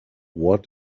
what